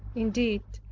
indeed,